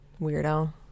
Weirdo